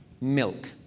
milk